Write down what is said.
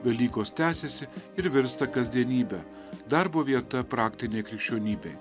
velykos tęsiasi ir virsta kasdienybe darbo vieta praktinė krikščionybė